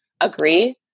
agree